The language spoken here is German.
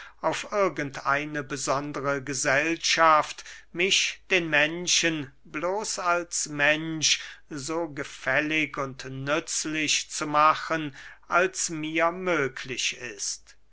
auf irgend eine besondere gesellschaft mich den menschen bloß als mensch so gefällig und nützlich zu machen als mir möglich ist